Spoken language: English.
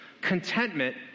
Contentment